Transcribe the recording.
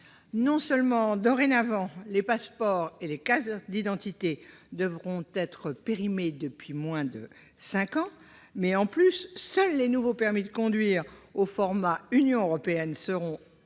non seulement les passeports et cartes d'identité devront être périmés depuis moins de cinq ans, mais en outre seuls les nouveaux permis de conduire, au format « Union européenne », seront acceptés,